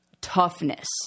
toughness